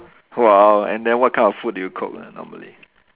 !wow! and then what kind of food do you cook lah normally